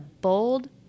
bold